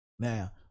Now